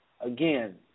again